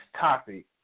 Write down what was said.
topic